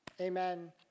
Amen